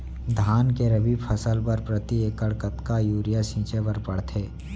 धान के रबि फसल बर प्रति एकड़ कतका यूरिया छिंचे बर पड़थे?